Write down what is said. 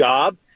job